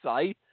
say